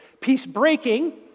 Peace-breaking